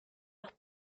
los